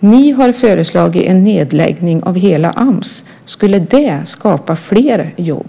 Ni har föreslagit en nedläggning av hela Ams. Skulle det skapa fler jobb?